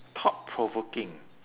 thought provoking